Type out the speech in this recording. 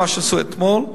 על מה שעשו אתמול,